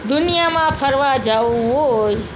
દુનિયામાં ફરવા જવું હોય